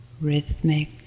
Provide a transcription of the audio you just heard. rhythmic